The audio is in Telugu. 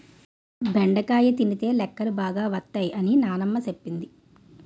బెండకాయ తినితే లెక్కలు బాగా వత్తై అని నానమ్మ సెప్పింది